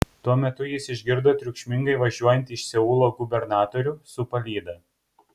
tuo metu jis išgirdo triukšmingai važiuojant iš seulo gubernatorių su palyda